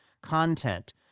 content